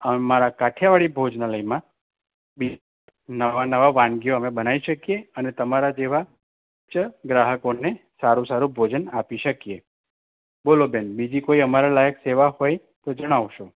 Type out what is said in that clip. અને મારા કાઠીયાવાડી ભોજનાલયમાં બીજી નવા નવા વાનગીઓ અમે બનાવી શકીએ અને તમારા જેવા ઉચ્ચ ગ્રાહકોને સારું સારું ભોજન આપી શકીએ બોલો બેન બીજી કોઈ અમારા લાયક સેવા હોય તો જણાવશો